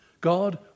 God